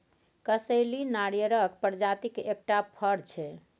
कसैली नारियरक प्रजातिक एकटा फर छै